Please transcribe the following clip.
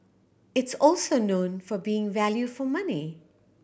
it's also known for being value for money